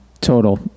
total